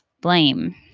blame